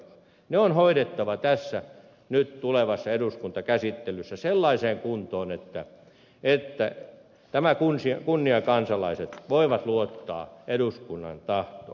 ne on hoidettava nyt tässä tulevassa eduskuntakäsittelyssä sellaiseen kuntoon että nämä kunniakansalaiset voivat luottaa eduskunnan tahtoon